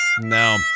No